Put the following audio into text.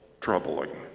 troubling